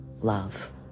love